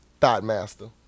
Thoughtmaster